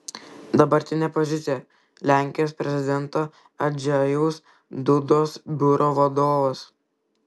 dabartinė pozicija lenkijos prezidento andžejaus dudos biuro vadovas